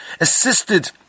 assisted